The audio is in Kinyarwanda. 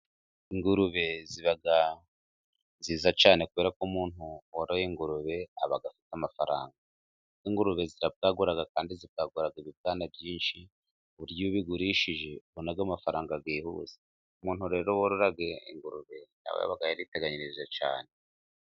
Ingurube ziba nziza cyane, kubera ko umuntu woroye ingurube aba afite amafaranga. Ingurube zirabwagura kandi zikabwagura ibibwana byinshi ku buryo ubigurishije ubonaga amafaranga yihuse. Umuntu rero worora ingurube, aba yariteganyirije cyane.